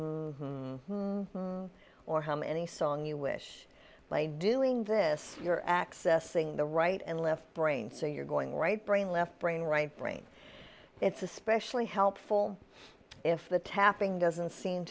again or how many song you wish but i doing this you're accessing the right and left brain so you're going right brain left brain right brain it's especially helpful if the tapping doesn't seem